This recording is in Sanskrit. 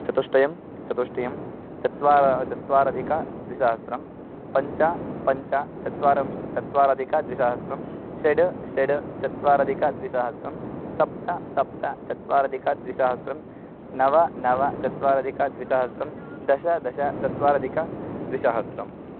चतुष्टयं चतुष्टयं चत्वारः चतुरधिकद्विसहस्रं पञ्च पञ्च चत्वारिंशत् चतुरधिकद्विसहस्रं षड् षड् चतुरधिकद्विसहस्रं सप्त सप्त चतुरधिकद्विसहस्रं नव नव चतुरधिकद्विसहस्रं दश दश चतुरधिकद्विसहस्रम्